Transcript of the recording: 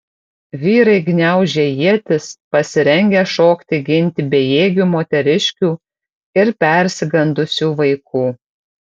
vyrai gniaužė ietis pasirengę šokti ginti bejėgių moteriškių ir persigandusių vaikų